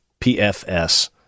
PFS